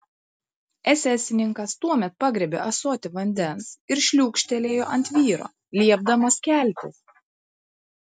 esesininkas tuomet pagriebė ąsotį vandens ir šliūkštelėjo ant vyro liepdamas keltis